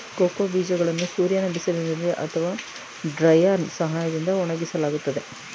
cocoa ಬೀಜಗಳನ್ನು ಸೂರ್ಯನ ಬಿಸಿಲಿನಲ್ಲಿ ಅಥವಾ ಡ್ರೈಯರ್ನಾ ಸಹಾಯದಿಂದ ಒಣಗಿಸಲಾಗುತ್ತದೆ